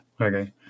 Okay